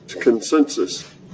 consensus